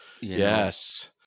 Yes